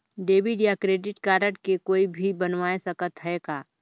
Debit या credit card के कोई भी बनवाय सकत है का?